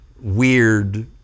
weird